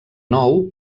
nou